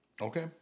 Okay